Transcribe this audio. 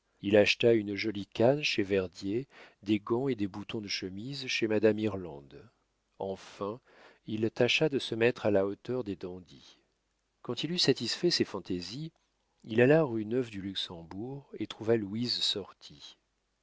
il acheta une jolie canne chez verdier des gants et des boutons de chemise chez madame irlande enfin il tâcha de se mettre à la hauteur des dandies quand il eut satisfait ses fantaisies il alla rue neuve du luxembourg et trouva louise sortie